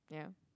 yeah